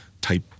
type